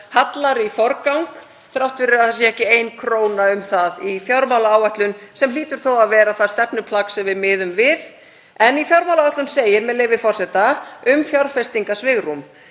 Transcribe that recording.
þjóðarhallar í forgang þrátt fyrir að það sé ekki ein króna í það í fjármálaáætlun, sem hlýtur þó að vera stefnuplagg sem við miðum við. En í fjármálaáætlun segir, með leyfi forseta, um fjárfestingarsvigrúm: